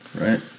Right